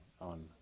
on